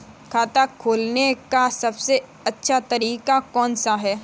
खाता खोलने का सबसे अच्छा तरीका कौन सा है?